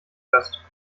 gast